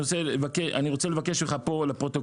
אני רוצה לבקש ממך פה לפרוטוקול.